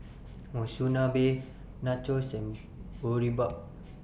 Monsunabe Nachos and Boribap